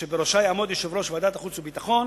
שבראשה יעמוד יושב-ראש ועדת החוץ והביטחון